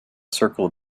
circle